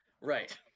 Right